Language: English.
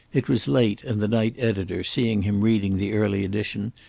it was late, and the night editor, seeing him reading the early edition,